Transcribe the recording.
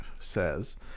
says